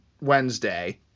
Wednesday